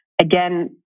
again